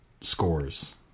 scores